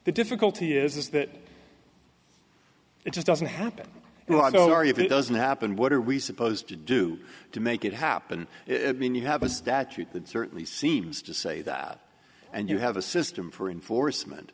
the difficulty is that it just doesn't happen and i know ari if it doesn't happen what are we supposed to do to make it happen i mean you have a statute that certainly seems to say that and you have a system for enforcement